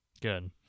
Good